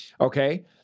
Okay